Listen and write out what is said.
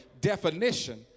definition